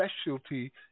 specialty